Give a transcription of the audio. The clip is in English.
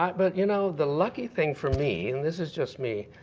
um but you know the lucky thing for me. and this is just me.